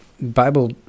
Bible